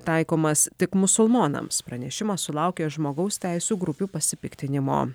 taikomas tik musulmonams pranešimas sulaukė žmogaus teisių grupių pasipiktinimo